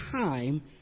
time